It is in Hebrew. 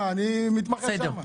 אני מתמחה שם.